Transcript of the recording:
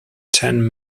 ten